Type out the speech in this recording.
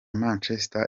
manchester